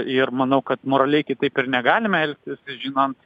ir manau kad moraliai kitaip ir negalime elgtis žinant